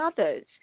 others